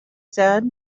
said